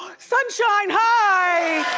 sunshine, hi!